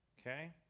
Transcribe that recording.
Okay